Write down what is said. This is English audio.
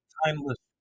timeless